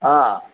ಆಂ